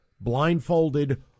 blindfolded